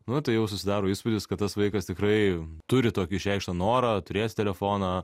nu tai jau susidaro įspūdis kad tas vaikas tikrai turi tokį išreikštą norą turėti telefoną